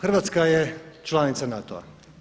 Hrvatska je članica NATO-a.